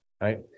right